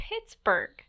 Pittsburgh